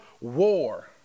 war